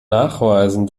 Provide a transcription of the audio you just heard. nachweisen